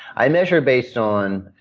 i measure based on